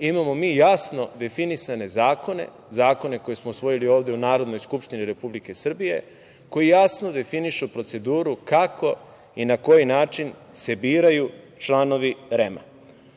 imamo mi jasno definisane zakone, zakone koje smo usvojili ovde u Narodnoj skupštini Republike Srbije koji jasno definišu proceduru kako i na koji način se biraju članovi REM-a. Kada